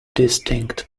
distinct